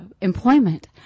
employment